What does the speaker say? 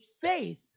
faith